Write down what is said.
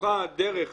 פתוחה הדרך